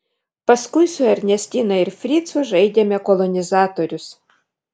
paskui su ernestina ir fricu žaidėme kolonizatorius